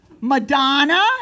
Madonna